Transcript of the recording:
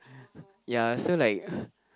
ya so like